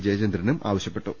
ജയചന്ദ്രനും ആവശ്യപ്പെട്ടു